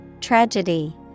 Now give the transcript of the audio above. Tragedy